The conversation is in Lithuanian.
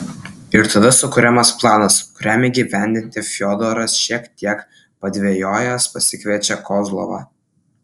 ir tada sukuriamas planas kuriam įgyvendinti fiodoras šiek tiek padvejojęs pasikviečia kozlovą